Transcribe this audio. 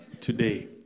today